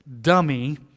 dummy